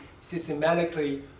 systematically